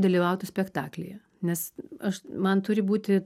dalyvautų spektaklyje nes aš man turi būti